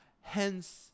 Hence